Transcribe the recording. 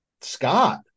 Scott